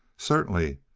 certainly.